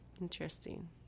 Interesting